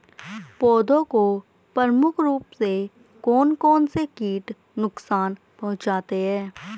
पौधों को प्रमुख रूप से कौन कौन से कीट नुकसान पहुंचाते हैं?